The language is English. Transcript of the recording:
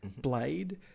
Blade